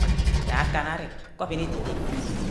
Gba je akanna ari ke oven edit dit,